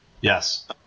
yes